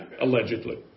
Allegedly